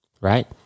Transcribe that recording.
right